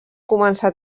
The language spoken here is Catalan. començar